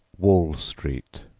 wall street,